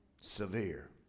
severe